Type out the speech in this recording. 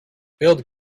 build